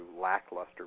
lackluster